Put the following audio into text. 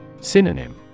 Synonym